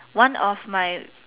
one of my